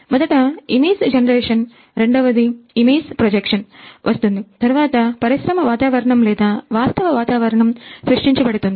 మొదట image generation వస్తుంది తరువాత పరిశ్రమ వాతావరణం లేదా వాస్తవ వాతావరణం సృష్టించబడుతుంది